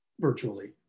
virtually